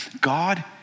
God